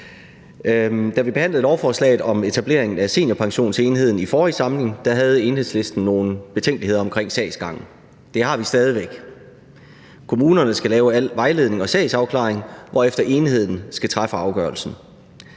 Da vi behandlede lovforslaget om etablering af Seniorpensionsenheden i forrige samling, havde Enhedslisten nogle betænkeligheder omkring sagsgangen. Det har vi stadig væk. Kommunerne skal lave al vejledning og sagsafklaring, hvorefter enheden skal træffe afgørelsen.